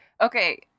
Okay